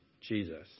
Jesus